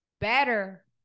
better